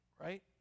Right